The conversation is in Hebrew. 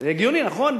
שנה, זה הגיוני, נכון?